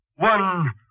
One